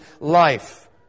life